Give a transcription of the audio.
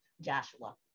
Joshua